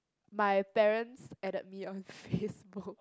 my parents added me on Facebook